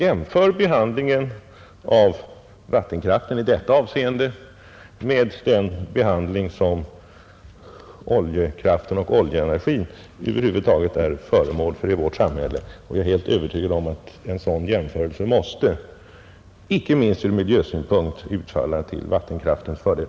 Jämför behandlingen av vattenkraften i det avseendet med den behandling som oljekraften och oljeenergin över huvud taget är föremål för i vårt samhälle och jag är helt övertygad om att en sådan jämförelse måste — icke minst ur miljösynpunkt — utfalla till vattenkraftens fördel.